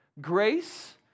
Grace